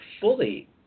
fully